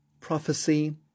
prophecy